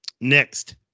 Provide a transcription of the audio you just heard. next